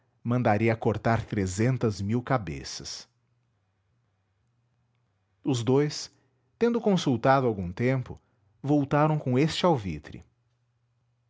estrelada mandaria cortar trezentas mil cabeças os dous tendo consultado algum tempo voltaram com este alvitre